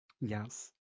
yes